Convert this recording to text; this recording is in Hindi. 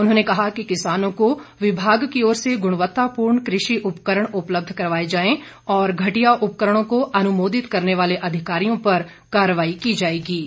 उन्होंने कहा कि किसानों को विभाग की ओर से गुणवत्तापूर्ण कृषि उपकरण उपलब्ध करवाएं जाएं और घटिया उपकरणों को अनुमोदित करने वाले अधिकारियों पर कार्रवाई की जाएंगी